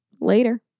Later